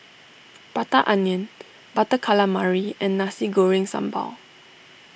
Prata Onion Butter Calamari and Nasi Goreng Sambal